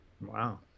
Wow